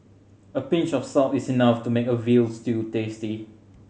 a pinch of salt is enough to make a veal stew tasty